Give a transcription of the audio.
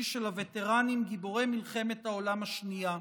של הווטרנים גיבורי מלחמת העולם השנייה.